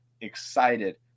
excited